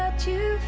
tue